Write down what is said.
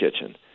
kitchen